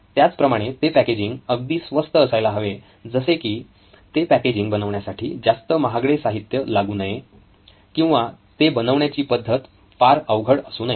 त्याच प्रमाणे ते पॅकेजिंग अगदी स्वस्त असायला हवे जसे की ते पॅकेजिंग बनवण्यासाठी जास्त महागडे साहित्य लागू नये किंवा ते बनवण्याची पद्धत फार अवघड असू नये